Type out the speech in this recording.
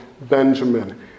Benjamin